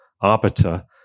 arbiter